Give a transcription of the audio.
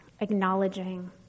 acknowledging